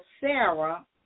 Sarah